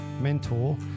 mentor